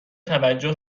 توجه